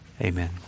amen